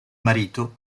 marito